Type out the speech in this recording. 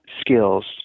skills